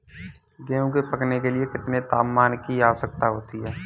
गेहूँ पकने के लिए कितने तापमान की आवश्यकता होती है?